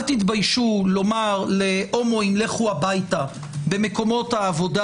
אל תתביישו לומר להומואים: לכו הביתה במקומות העבודה.